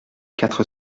quatre